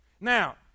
Now